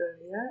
earlier